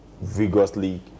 vigorously